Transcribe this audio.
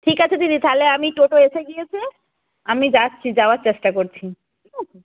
ঠিক আছে দিদি তাহলে আমি টোটো এসে গিয়েছে আমি যাচ্ছি যাওয়ার চেষ্টা করছি ঠিক আছে